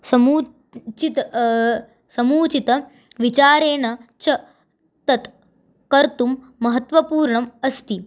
समुचितं समुचितविचारेण च तत् कर्तुं महत्त्वपूर्णम् अस्ति